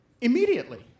immediately